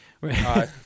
Right